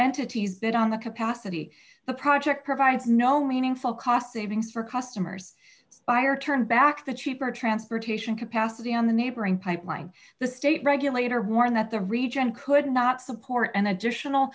entities bid on the capacity the project provides no meaningful cost savings for customers to buy or turn back the cheaper transportation capacity on the neighboring pipeline the state regulator warned that the region could not support an additional